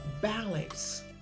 balance